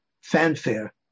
fanfare